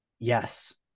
Yes